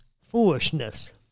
foolishness